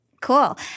Cool